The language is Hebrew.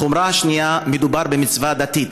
החומרה השנייה, מדובר במצווה דתית.